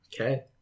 Okay